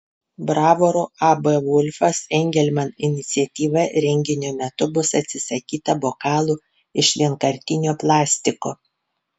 bravoro ab volfas engelman iniciatyva renginio metu bus atsisakyta bokalų iš vienkartinio plastiko